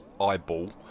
eyeball